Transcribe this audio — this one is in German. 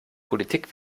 politik